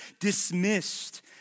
dismissed